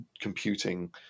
computing